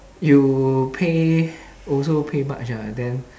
you pay also pay much ah then